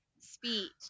speech